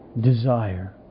desire